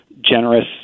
generous